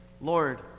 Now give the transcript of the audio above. Lord